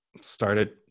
Started